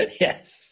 yes